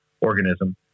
organism